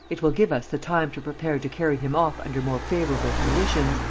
it will give us the time to prepare to carry him off under more favourable conditions.